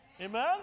amen